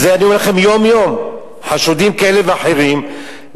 יום יום חשודים כאלה ואחרים,